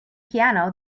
piano